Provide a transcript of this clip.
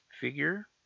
Figure